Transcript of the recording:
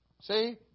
See